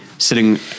Sitting